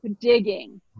digging